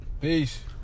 Peace